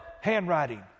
handwriting